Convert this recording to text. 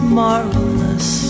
marvelous